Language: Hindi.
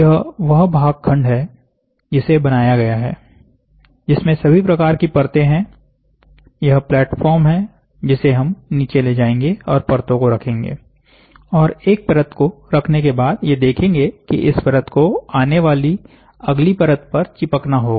यह वह भाग खंड है जिसे बनाया गया है जिसमें सभी प्रकार की परतें हैं यह प्लेटफार्म हैं जिसे हम नीचे ले जाएंगे और परतो को रखेंगे और एक परत को रखने के बाद ये देखेंगे कि इस परत को आने वाली अगली परत पर चिपकना होगा